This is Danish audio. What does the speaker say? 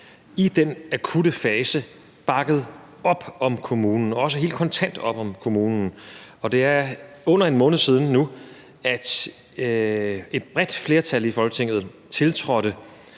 i den akutte fase bakket op om kommunen, også helt kontant bakket op om kommunen. Og det er under en måned siden nu, at et bredt flertal i Folketing tiltrådte,